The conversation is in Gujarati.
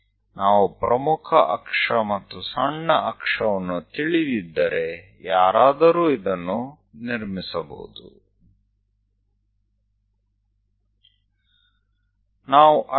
જો આપણે મુખ્ય અક્ષ અને ગૌણ અક્ષ જાણીએ છીએ તો કોઈ આ રચવાની સ્થિતિમાં હશે